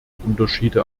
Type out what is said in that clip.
unterschiede